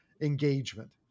engagement